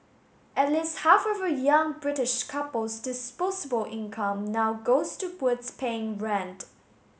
at least half of a young British couple's disposable income now goes towards paying rent